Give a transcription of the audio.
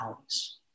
hours